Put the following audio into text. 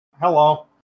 Hello